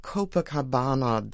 Copacabana